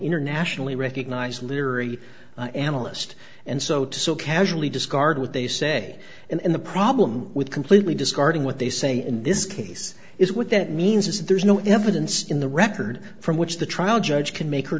internationally recognized literary analyst and so to so casually discard what they say in the problem with completely discarding what they say in this case is what that means is that there's no evidence in the record from which the trial judge can make her